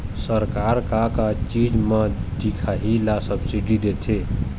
सरकार का का चीज म दिखाही ला सब्सिडी देथे?